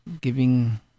giving